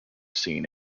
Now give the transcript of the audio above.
seen